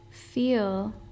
feel